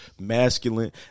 masculine